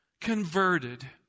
converted